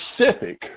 specific